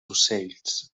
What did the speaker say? ocells